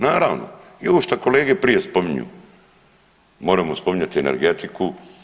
Naravno i ovo što kolege prije spominju moramo spominjati energetiku.